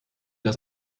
das